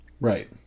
Right